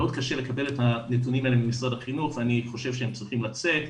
מאוד קשה לקבל את הנתונים האלה ממשרד החינוך ואני חושב שהם צריכים לצאת.